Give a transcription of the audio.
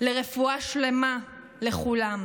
לרפואה שלמה לכולם.